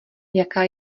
jaká